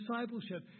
discipleship